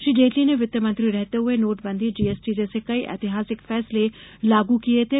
श्री जेटली ने वित्तमंत्री रहते हुए नोटबंदी जीएसटी जैसे कई ऐतिहासिक फैसले लागू किये थे